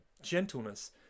gentleness